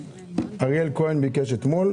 לא נתנו לו,